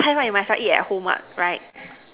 highlight must not eat at home lah right